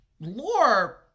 lore